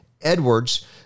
Edwards